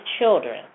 children